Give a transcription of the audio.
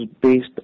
based